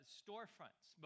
storefronts